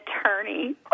attorney